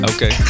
Okay